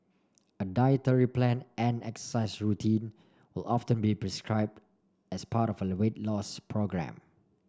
a dietary plan and exercise routine will often be prescribe as part of a weight loss programme